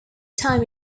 time